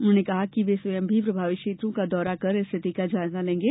उन्होंने कहा वे स्वयं भी प्रभावित क्षेत्रों का दौरा कर स्थिति का जायजा लेंगे